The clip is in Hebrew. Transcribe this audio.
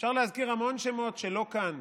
אפשר להזכיר המון שמות שלא כאן.